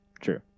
true